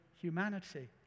humanity